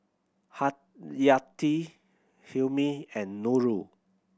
Haryati Hilmi and Nurul